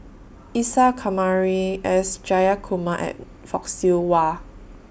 Isa Kamari S Jayakumar and Fock Siew Wah